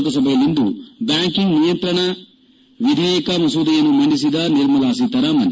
ಲೋಕಸಭೆಯಲ್ಲಿಂದು ಬ್ಲಾಂಕಿಂಗ್ ನಿಯಂತ್ರಣ ತಿದ್ದುಪಡಿ ಮಸೂದೆಯನ್ನು ಮಂಡಿಸಿದ ನಿರ್ಮಲಾ ಸೀತಾರಾಮನ್